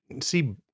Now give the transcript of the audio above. see